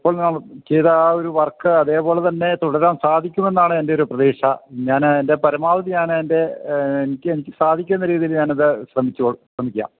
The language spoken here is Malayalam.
ഇപ്പോൾ ചെയ്ത ആ ഒരു വർക്ക് അതേപോലെ തന്നെ തുടരാൻ സാധിക്കുമെന്നാണ് എൻ്റെ ഒരു പ്രതീക്ഷ ഞാന് എൻ്റെ പരമാവധി ഞാന് എൻ്റെ എനിക്ക് എനിക്കു സാധിക്കുന്ന രീതിയിൽ ഞാനതു ശ്രമിക്കാം